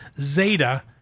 Zeta